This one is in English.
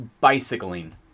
bicycling